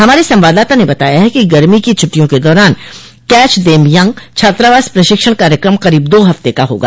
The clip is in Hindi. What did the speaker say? हमारे संवाददाता ने बताया है कि गर्मी की छूटिटयों के दौरान कैच देम यंग छात्रावास प्रशिक्षण कार्यक्रम करीब दो हफ़्ते का होगा